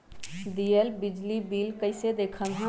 दियल बिजली बिल कइसे देखम हम?